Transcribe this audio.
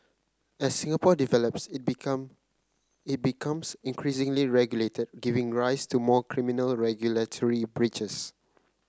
as Singapore develops it become it becomes increasingly regulated giving rise to more criminal regulatory breaches